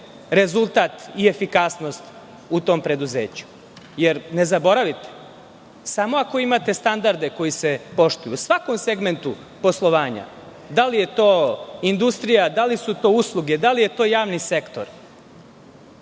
rezultat i efikasnost u tom preduzeću. Ne zaboravite samo ako imate standarde koji se poštuju, u svakom segmentu poslovanja, da li je to industrija, da li su to usluge, da li je to javni sektor,